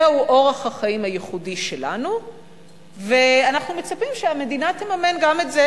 זהו אורח החיים הייחודי שלנו ואנחנו מצפים שהמדינה תממן גם את זה,